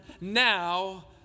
now